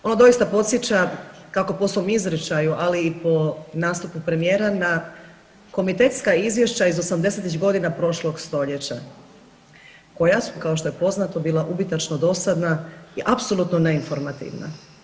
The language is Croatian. Ono doista podsjeća kako po poslovnom izričaju, ali i po nastupu premijera na komitetska izvješća iz 80-tih godina prošlog stoljeća koja su kao što je poznato bilo ubitačno dosadna i apsolutno neinformativna.